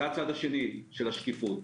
זה הצד השני של השקיפות.